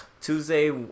Tuesday